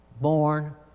Born